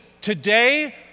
today